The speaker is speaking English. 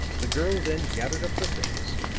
the girl then gathered up the things,